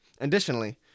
Additionally